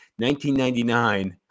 1999